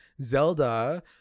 Zelda